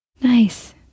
nice